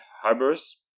harbors